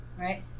Right